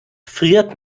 friert